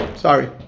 Sorry